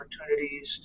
opportunities